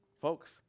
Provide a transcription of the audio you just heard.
Folks